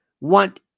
want